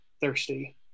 thirsty